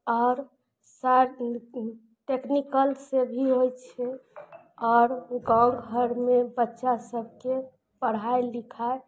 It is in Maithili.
आओर स टेक्निकलसँ भी होइ छै आओर गाँव घरमे बच्चा सबके पढ़ाइ लिखाइ